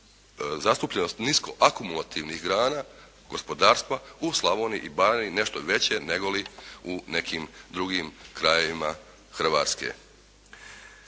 zastupljenost nisko akumulativnih grana gospodarstva u Slavoniji i Baranji nešto veće nego li u nekim drugim krajevima Hrvatske.